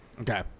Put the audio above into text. Okay